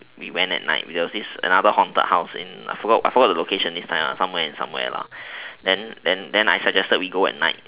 we went at night we got this another haunted house in I forgot I forgot the location this time somewhere and somewhere lah then then I suggested we go at night